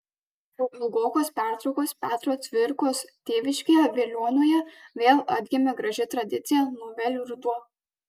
po ilgokos pertraukos petro cvirkos tėviškėje veliuonoje vėl atgimė graži tradicija novelių ruduo